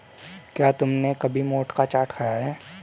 क्या तुमने कभी मोठ का चाट खाया है?